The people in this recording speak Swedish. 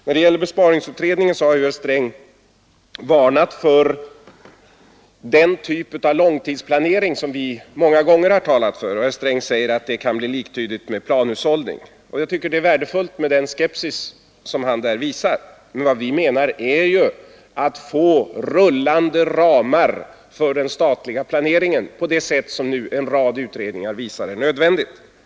När det gäller besparingsutredningen har herr Sträng varnat för den typ av långtidsplanering som vi många gånger har talat för, och herr Sträng säger att det kan bli liktydigt med planhushållning. Jag tycker att det är värdefullt med den skepsis som han där visar, men vad vi menar är ju att få rullande ramar för den statliga planeringen på det sätt som en rad utredningar visar är nödvändigt.